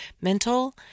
mental